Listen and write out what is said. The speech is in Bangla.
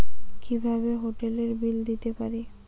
কিভাবে হোটেলের বিল দিতে পারি?